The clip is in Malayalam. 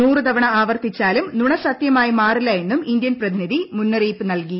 നൂറുതവണ ആവർത്തിച്ചാലും നുണ സത്യമായി മാറില്ല എന്നും ഇന്ത്യൻ പ്രതിനിധി മുന്നറിയിപ്പ് നൽകി